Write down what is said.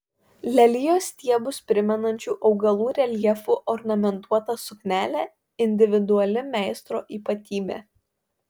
lelijos stiebus primenančių augalų reljefu ornamentuota suknelė individuali meistro ypatybė